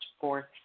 fourth